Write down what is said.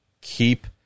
keep